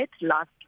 last